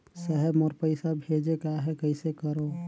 साहेब मोर पइसा भेजेक आहे, कइसे करो?